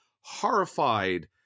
horrified